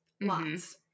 lots